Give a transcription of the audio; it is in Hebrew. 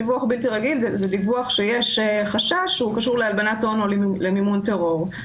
דיווח בלתי רגיל זה דיווח שיש חשש שהוא קשור להלבנת הון או למימון טרור.